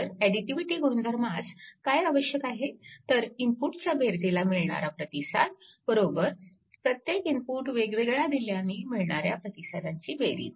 तर ऍडिटिव्हिटी गुणधर्मास काय आवश्यक आहे तर इनपुटच्या बेरजेला मिळणारा प्रतिसाद बरोबर प्रत्येक इनपुट वेगवेगळा दिल्याने मिळणाऱ्या प्रतिसादांची बेरीज